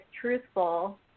truthful